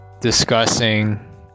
discussing